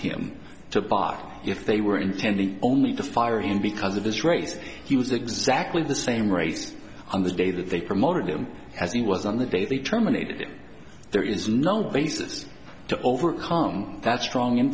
him to buy if they were intending only to fire him because of his race he was exactly the same rates on the day that they promoted him as he was on the day they terminated there is no basis to overcome that strong